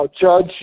Judge